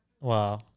Wow